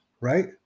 right